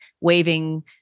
waving